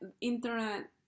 internet